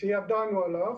שידענו עליו,